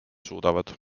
suudavad